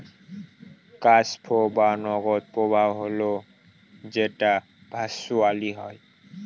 cash flow বা নগদ প্রবাহ হল যেটা ভার্চুয়ালি হয়